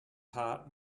heart